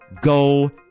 go